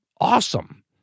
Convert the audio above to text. awesome